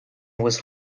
was